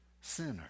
sinner